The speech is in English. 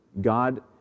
God